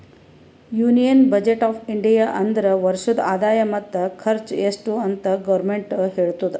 union budget of India ಅಂದುರ್ ವರ್ಷದ ಆದಾಯ ಮತ್ತ ಖರ್ಚು ಎಸ್ಟ್ ಅಂತ್ ಗೌರ್ಮೆಂಟ್ ಹೇಳ್ತುದ